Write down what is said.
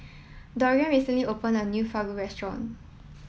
dereon recently opened a new Fugu restaurant